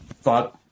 thought